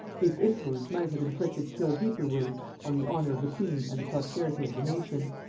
his influence might have inflicted still deeper wounds on the honor of the queen and the prosperity of the nation.